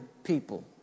People